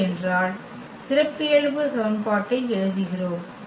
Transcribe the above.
அப்படியென்றால் சிறப்பியல்பு சமன்பாட்டை எழுதுகிறோம்